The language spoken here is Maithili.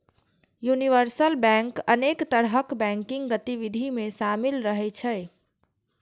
यूनिवर्सल बैंक अनेक तरहक बैंकिंग गतिविधि मे शामिल रहै छै